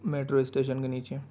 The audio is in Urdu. میٹرو اسٹیشن کے نیچے